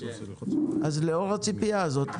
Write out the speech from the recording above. אז לאור הציפייה הזאת,